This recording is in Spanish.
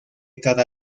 cada